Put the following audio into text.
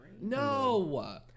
No